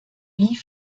wie